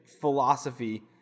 philosophy